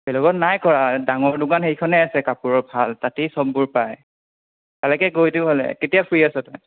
নাই কৰা ডাঙৰ দোকান সেইখনে আছে কাপোৰৰ ভাল তাতেই সববোৰ পায় সেনেকৈ গৈ দিওঁ হ'লে কেতিয়া ফ্ৰি আছ' তই